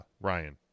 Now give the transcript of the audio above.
Ryan